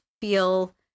feel